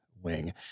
wing